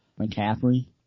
McCaffrey